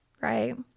right